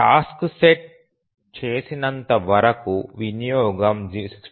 task set చేసినంతవరకు వినియోగం 69